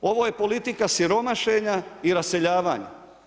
Ovo je politika siromašenja i raseljavanja.